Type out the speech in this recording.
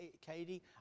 Katie